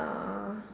uh